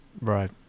right